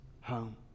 home